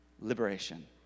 Liberation